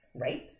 Right